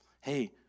Hey